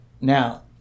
Now